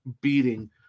beating